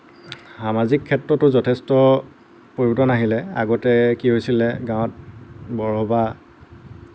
সামাজিক ক্ষেত্ৰতো যথেষ্ট পৰিৱৰ্তন আহিলে আগতে কি হৈছিলে গাঁৱত বৰসবাহ